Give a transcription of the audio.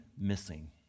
missing